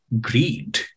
greed